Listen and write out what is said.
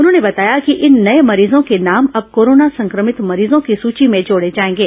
उन्होंने बताया कि इन नये मरीजों के नाम अब कोरोना संक्रमित मरीजों की सुची में जोड़े जाएंगे